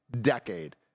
decade